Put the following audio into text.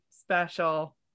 special